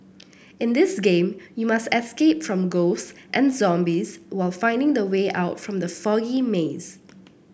in this game you must escape from ghosts and zombies while finding the way out from the foggy maze